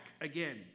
again